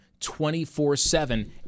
24-7